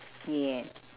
yes